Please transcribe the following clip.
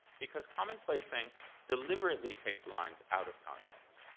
because commonplacing deliberately takes lines out of context.